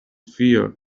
fear